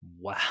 Wow